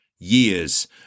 Years